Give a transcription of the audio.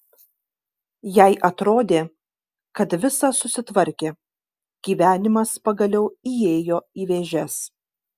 jai atrodė kad visa susitvarkė gyvenimas pagaliau įėjo į vėžes